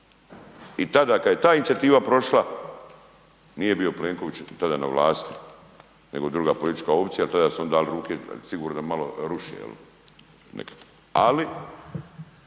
I tada kada je ta inicijativa prošla nije bio Plenković tada na vlasti nego druga politička opcija, tada su oni dali ruke sigurno da malo ruše jel